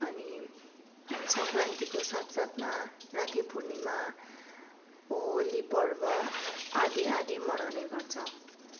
अनि सङ्क्रान्तिको साथसाथमा राखी पूर्णिमा होली पर्व आदि आदि मनाउने गर्छ